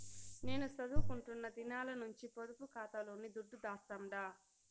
నేను సదువుకుంటున్న దినాల నుంచి పొదుపు కాతాలోనే దుడ్డు దాస్తండా